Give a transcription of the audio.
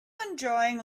enjoying